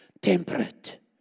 temperate